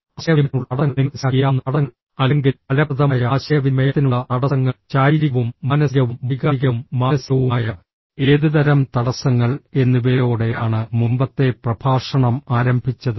ആശയവിനിമയത്തിനുള്ള തടസ്സങ്ങൾ നിങ്ങൾ മനസ്സിലാക്കിയേക്കാവുന്ന തടസ്സങ്ങൾ അല്ലെങ്കിൽ ഫലപ്രദമായ ആശയവിനിമയത്തിനുള്ള തടസ്സങ്ങൾ ശാരീരികവും മാനസികവും വൈകാരികവും മാനസികവുമായ ഏതുതരം തടസ്സങ്ങൾ എന്നിവയോടെയാണ് മുമ്പത്തെ പ്രഭാഷണം ആരംഭിച്ചത്